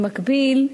במקביל,